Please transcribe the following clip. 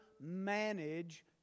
manage